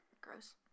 gross